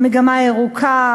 "מגמה ירוקה",